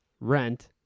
rent